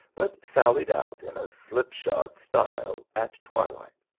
but sallied out in a slip-shod style at twilight.